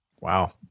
Wow